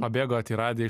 pabėgot į radiją